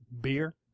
Beer